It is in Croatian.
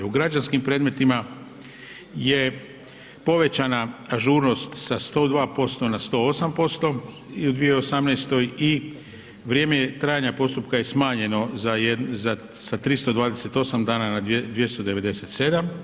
U građanski predmetima je povećana ažurnost sa 102% na 108% i u 2018. i vrijeme trajanja postupka je smanjeno sa 328 dana na 297.